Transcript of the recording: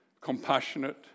compassionate